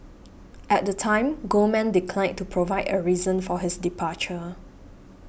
at the time Goldman declined to provide a reason for his departure